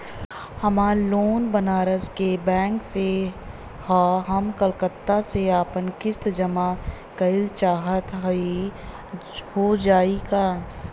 हमार लोन बनारस के बैंक से ह हम कलकत्ता से आपन किस्त जमा कइल चाहत हई हो जाई का?